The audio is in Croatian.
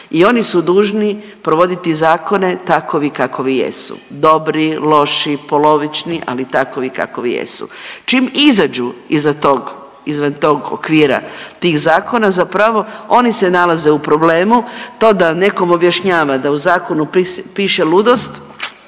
i oni su dužni provoditi zakone takovi kakovi jesu, dobri, loši, polovični, ali takovi kakovi jesu. Čim izađu iza tog, izvan tog okvira tih zakona zapravo oni se nalaze u problemu to da nekom objašnjava da u zakonu piše ludost